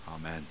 Amen